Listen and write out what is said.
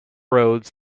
roads